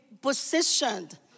positioned